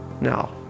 now